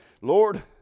Lord